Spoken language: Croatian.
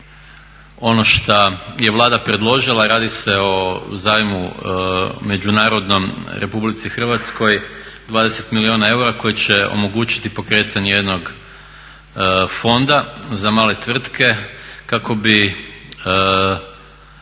ono što je Vlada predložila i radi se o zajmu međunarodnom RH 20 milijuna eura koji će omogućiti pokretanje jednog fonda za male tvrtke kako bi